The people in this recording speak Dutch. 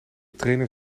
trainer